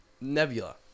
Nebula